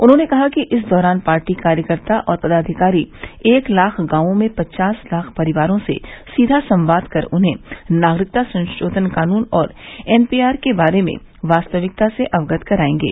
उन्होंने कहा कि इस दौरान पार्टी कार्यकर्ता और पदाधिकारी एक लाख गांवों में पचास लाख परिवारों से सीधा संवाद कर उन्हें नागरिकता कानून और एनपीआर के बारे में वास्तविकता से अवगत करायेंगे